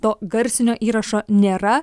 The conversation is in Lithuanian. to garsinio įrašo nėra